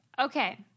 Okay